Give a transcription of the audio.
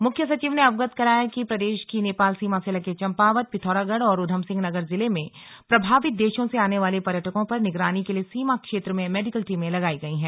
मुख्य सचिव ने अवगत कराया कि प्रदेश की नेपाल सीमा से लगे चम्पावत पिथौरागढ़ और ऊधम सिंह नगर जिले में प्रभावित देशों से आने वाले पर्यटकों पर निगरानी के लिए सीमा क्षेत्र में मेडिकल टीमें लगाई गयी है